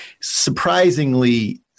surprisingly